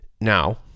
Now